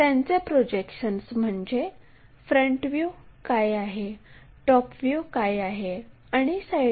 त्याचे प्रोजेक्शन्स हे XY अक्षावर असतील म्हणून यापैकी एक प्रोजेक्शन त्या बिंदूमधून जायला हवे